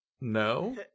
no